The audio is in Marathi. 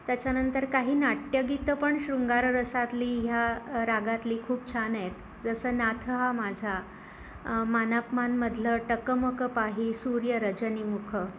त्याच्यानंतर काही नाट्यगीतं पण शृंगार रसातली ह्या रागातली खूप छान आहेत जसं नाथ हा माझा मानापमानमधलं टकमक पाही सूर्य रजनीमुख